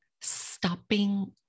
stopping